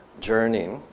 journey